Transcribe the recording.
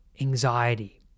anxiety